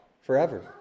forever